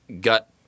gut